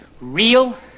real